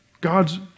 God's